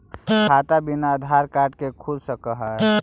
खाता बिना आधार कार्ड के खुल सक है?